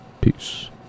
Peace